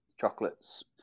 chocolates